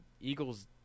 Eagles